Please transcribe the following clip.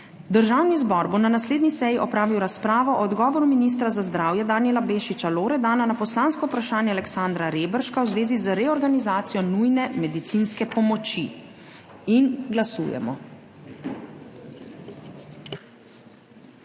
Državni zbor bo na naslednji seji opravil razpravo o odgovoru ministra za zdravje Danijela Bešiča Loredana na poslansko vprašanje Aleksandra Reberška v zvezi z reorganizacijo nujne medicinske pomoči. Glasujemo.